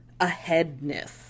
aheadness